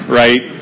right